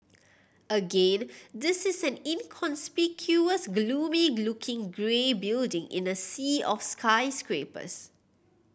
again this is an inconspicuous gloomy looking grey building in a sea of skyscrapers